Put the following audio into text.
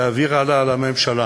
תעביר הלאה לממשלה,